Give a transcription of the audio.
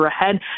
ahead